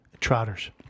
Trotters